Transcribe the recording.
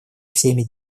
всеми